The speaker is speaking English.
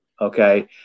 okay